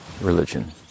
religion